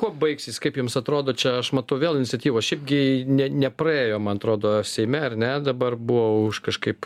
kuo baigsis kaip jums atrodo čia aš matau vėl iniciatyvos šiaip gi ne nepraėjo man atrodo seime ar ne dabar buvo už kažkaip